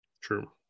true